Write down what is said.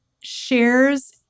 shares